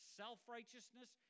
self-righteousness